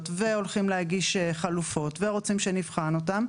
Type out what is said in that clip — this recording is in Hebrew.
והולכים להגיש חלופות ורוצים שנבחן אותן,